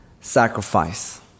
sacrifice